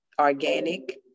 organic